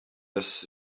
dass